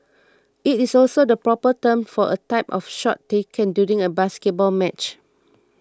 it is also the proper term for a type of shot taken during a basketball match